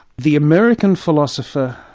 the american philosopher,